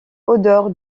odeur